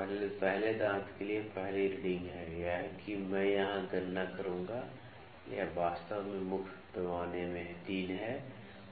तो पहले दांत के लिए पहली रीडिंग यह है कि मैं यहां गणना करूंगा यह वास्तव में मुख्य पैमाने में 3 है